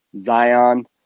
Zion